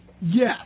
Yes